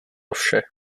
vše